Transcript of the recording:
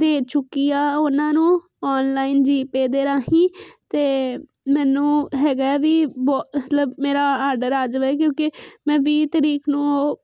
ਦੇ ਚੁੱਕੀ ਆ ਉਹਨਾਂ ਨੂੰ ਆਨਲਾਈਨ ਜੀਪੇ ਦੇ ਰਾਹੀਂ ਤੇ ਮੈਨੂੰ ਹੈਗਾ ਵੀ ਮਤਲਬ ਮੇਰਾ ਆਰਡਰ ਆ ਜਾਵੇ ਕਿਉਂਕਿ ਮੈਂ ਵੀਹ ਤਰੀਕ ਨੂੰ